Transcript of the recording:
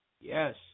Yes